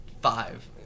five